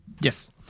Yes